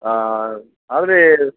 ಆ ಆ ಆದರೆ